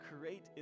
create